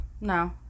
No